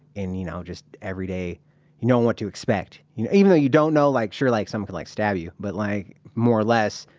in you know, just every day knowing what to expect. you know even though you don't know, like, sure like someone could like stab you, but like more or less,